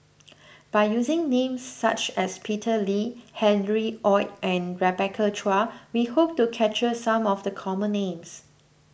by using names such as Peter Lee Harry Ord and Rebecca Chua we hope to capture some of the common names